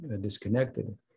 disconnected